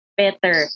better